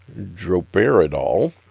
droperidol